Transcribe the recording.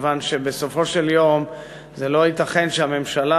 מכיוון שבסופו של יום לא ייתכן שהממשלה